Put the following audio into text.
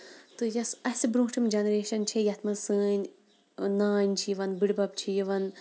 تہٕ یۄسہٕ اَسہِ بروٹِھم جنریشن چھِ یَتھ منٛز سٲنۍ نانۍ چھِ یِوان بٔڑبب چھِ یِوان